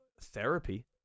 therapy